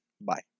Bye